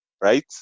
right